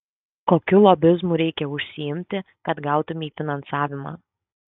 kokiu lobizmu reikia užsiimti kad gautumei finansavimą